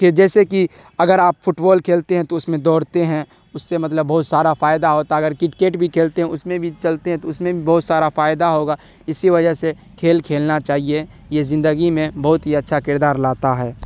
کہ جیسے کہ اگر آپ فٹ بال کھیلتے ہیں تو اس میں دوڑتے ہیں اس سے مطلب بہت سارا فائدہ ہوتا ہے اگر کٹکٹ بھی کھیلتے ہیں اس میں بھی چلتے ہیں تو اس میں بھی بہت سارا فائدہ ہوگا اسی وجہ سے کھیل کھیلنا چاہیے یہ زندگی میں بہت ہی اچھا کردار لاتا ہے